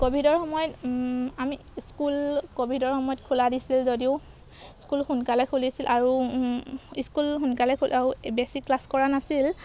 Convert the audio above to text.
ক'ভিডৰ সময়ত আমি স্কুল ক'ভিডৰ সময়ত খোলা দিছিল যদিও স্কুল সোনকালে খুলিছিল আৰু স্কুল সোনকালে খোলাও বেছি ক্লাছ কৰা নাছিল